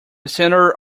center